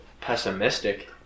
pessimistic